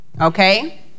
okay